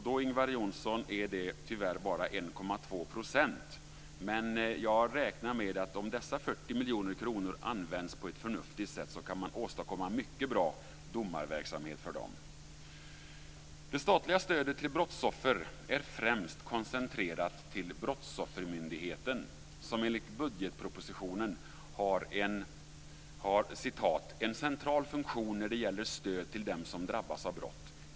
Det, Ingvar Johnsson, är tyvärr bara 1,2 %, men jag räknar med att om dessa 40 miljoner kronor används på ett förnuftigt sätt så kan man åstadkomma mycket bra domarverksamhet för dem. Det statliga stödet till brottsoffer är främst koncentrerat till Brottsoffermyndigheten, som enligt budgetpropositionen har "en central funktion när det gäller stöd till dem som drabbas av brott.